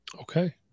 Okay